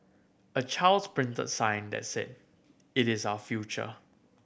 a child's printed sign that said It is our future